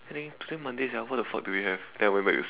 I think today Monday sia what the fuck do we have then I went back to